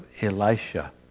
Elisha